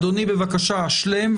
אדוני, בבקשה השלם.